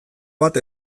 bat